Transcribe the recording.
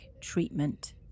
treatment